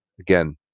again